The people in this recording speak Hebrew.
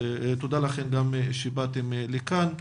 תודה לכם שבאתם לכאן.